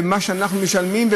לבין מה שאנחנו משלמים,